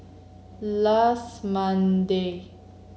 last Monday